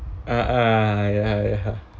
ah ya ya